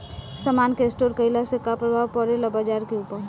समान के स्टोर काइला से का प्रभाव परे ला बाजार के ऊपर?